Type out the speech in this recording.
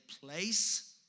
place